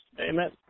Amen